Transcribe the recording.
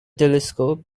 telescope